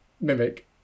mimic